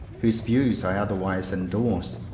whose views i otherwise endorse.